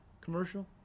commercial